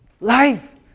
Life